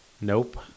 nope